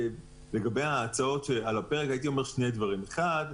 לגבי ההצעות שעל הפרק הייתי אומר שני דברים: האחד,